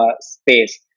space